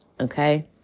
okay